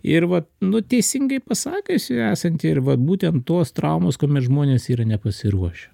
ir vat nu teisingai pasakiusi esanti ir vat būtent tos traumos kuomet žmonės yra nepasiruošę